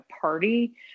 party